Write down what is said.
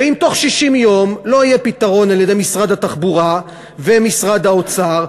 ואם בתוך 60 יום לא יהיה פתרון על-ידי משרד התחבורה ומשרד האוצר,